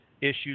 issues